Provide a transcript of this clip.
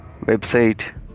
website